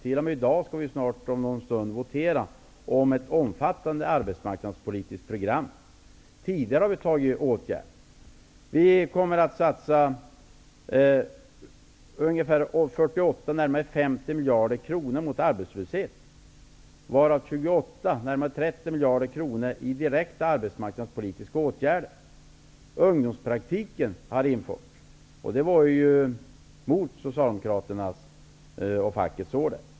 I dag skall vi om en stund vi votera om ett omfattande arbetsmarknadspolitiskt program. Vi har också tidigare vidtagit åtgärder. Vi kommer att satsa närmare 50 miljarder kronor på insatser mot arbetslösheten, varav nära 30 miljarder kronor kommer att satsas på direkta arbetsmarknadspolitiska åtgärder. Socialdemokraternas och fackets order.